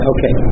Okay